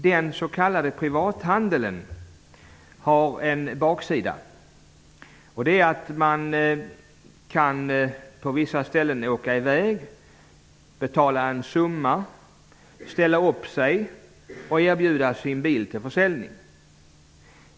Den s.k. privathandeln har nämligen en baksida. På vissa ställen kan man åka i väg, betala en summa, ställa upp sig och utbjuda sin bil till försäljning.